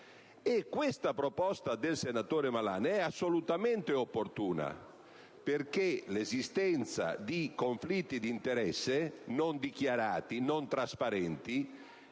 Questa proposta del senatore Malan è assolutamente opportuna, perché l'esistenza di conflitti d'interesse non dichiarati e non trasparenti